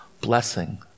blessing